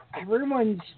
everyone's